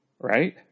Right